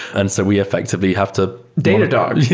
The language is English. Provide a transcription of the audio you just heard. and so we effectively have to datadog yeah,